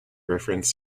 reference